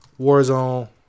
Warzone